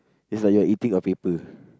is like you're eating a paper